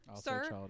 sir